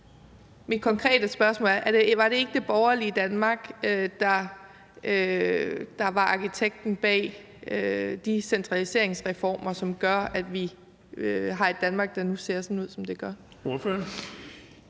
Mit konkrete spørgsmål er: Var det ikke det borgerlige Danmark, der var arkitekten bag de centraliseringsreformer, som gør, at vi har et Danmark, der ser ud, som det gør